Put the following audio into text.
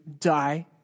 die